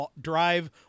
drive